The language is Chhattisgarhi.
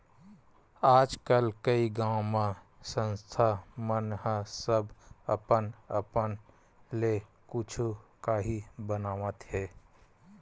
आजकल कइ गाँव म संस्था मन ह सब अपन अपन ले कुछु काही बनावत हे